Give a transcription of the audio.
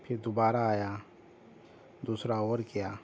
پھر دوبارہ آیا دوسرا اوور کیا